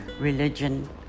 religion